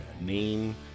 name